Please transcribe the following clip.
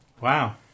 wow